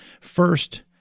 First